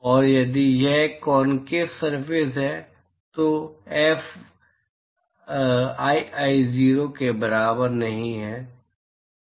और यदि यह एक कॉनकेव सरफेस है तो Fii 0 के बराबर नहीं है